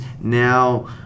now